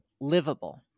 livable